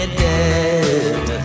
dead